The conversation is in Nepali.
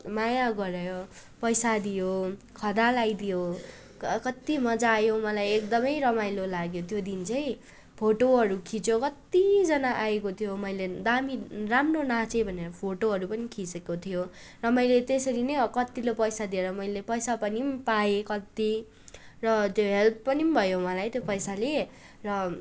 माया गरेर पैसा दियो खदा लाइदियो कति मज्जा आयो मलाई एकदमै रमाइलो लाग्यो त्यो दिन चाहिँ फोटोहरू खिच्यो कतिजना आएको थियो मैले दामी राम्रो नाचेँ भनेर फोटोहरू पनि खिचेको थियो र मैले त्यसरी नै कतिले पैसा दिएर मैले पैसा पनि पाएँ कति र त्यो हेल्प पनि भयो मलाई त्यो पैसाले र